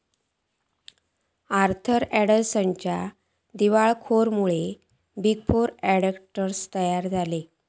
Arthur अँडरसनच्या दिवाळखोरीमुळे big four auditors तयार झाले